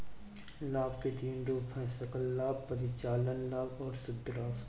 लाभ के तीन रूप हैं सकल लाभ, परिचालन लाभ और शुद्ध लाभ